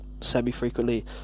semi-frequently